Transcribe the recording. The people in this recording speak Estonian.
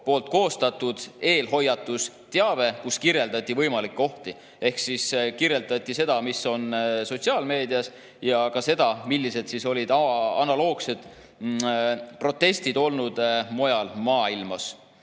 büroo koostanud eelhoiatusteabe, kus kirjeldati võimalikke ohte ehk kirjeldati seda, mis on sotsiaalmeedias, ja ka seda, millised olid analoogsed protestid olnud mujal maailmas. Kolmas